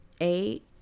Eight